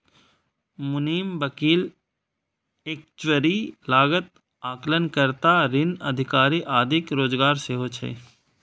मुनीम, वकील, एक्चुअरी, लागत आकलन कर्ता, ऋण अधिकारी आदिक रोजगार सेहो छै